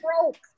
broke